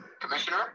commissioner